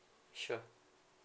sure